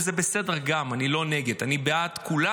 וגם זה בסדר, אני לא נגד, אני בעד כולם.